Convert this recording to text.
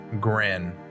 grin